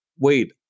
wait